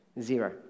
Zero